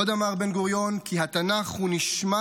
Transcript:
עוד אמר בן גוריון כי "התנ"ך הוא נשמת